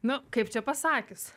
nu kaip čia pasakius